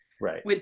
Right